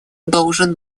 должен